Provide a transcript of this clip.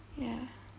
ya